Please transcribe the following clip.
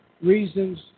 reasons